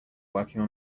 working